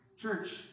Church